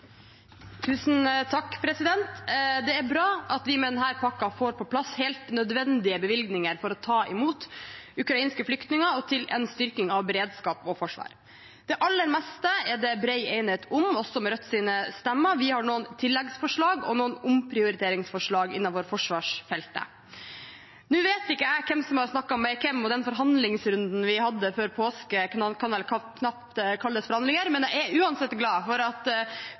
forsvar. Det aller meste er det bred enighet om, også med Rødts stemmer. Vi har noen tilleggsforslag og noen omprioriteringsforslag innenfor forsvarsfeltet. Nå vet ikke jeg hvem som har snakket med hvem, og den forhandlingsrunden vi hadde før påske, kan vel knapt kalles forhandlinger, men jeg er uansett glad for at